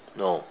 no